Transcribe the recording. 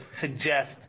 suggest